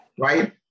Right